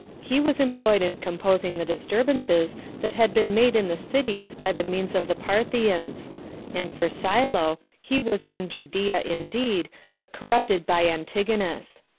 he was employed in composing the disturbances that had been made in the cities by the means of the parthians and for silo, he was in judea indeed, but corrupted by antigonus.